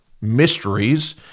mysteries